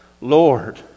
Lord